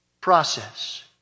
process